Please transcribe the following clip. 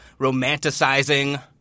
romanticizing